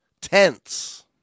tense